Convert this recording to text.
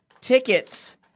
tickets